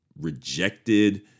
rejected